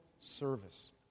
service